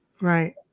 Right